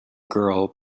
girl